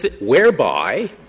whereby